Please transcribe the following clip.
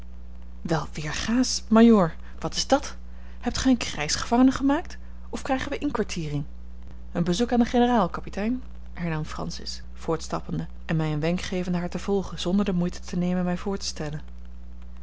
wel weergaasch majoor wat is dàt hebt gij een krijgsgevangene gemaakt of krijgen we inkwartiering een bezoek aan den generaal kapitein hernam francis voortstappende en mij een wenk gevende haar te volgen zonder de moeite te nemen mij voor te stellen